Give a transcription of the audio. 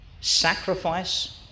sacrifice